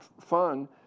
fun